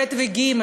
ב' וג',